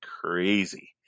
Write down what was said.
crazy